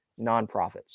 nonprofits